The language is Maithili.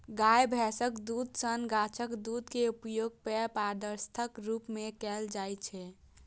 गाय, भैंसक दूधे सन गाछक दूध के उपयोग पेय पदार्थक रूप मे कैल जाइ छै